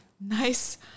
nice